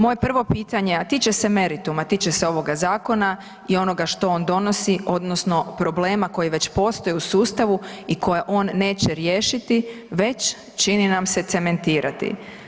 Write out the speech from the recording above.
Moje prvo pitanje, a tiče se merituma, tiče se ovoga zakona i onoga što on donosi odnosno problema koji već postoje u sustavu i koje on neće riješiti, već čini nam se cementirati.